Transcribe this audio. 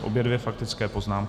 Obě faktické poznámky.